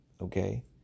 Okay